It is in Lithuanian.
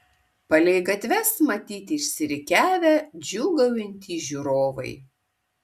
palei gatves matyti išsirikiavę džiūgaujantys žiūrovai